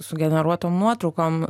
sugeneruotom nuotraukom